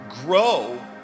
grow